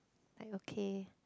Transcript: like okay